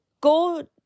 go